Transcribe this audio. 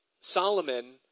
Solomon